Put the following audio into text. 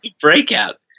Breakout